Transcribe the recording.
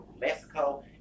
Mexico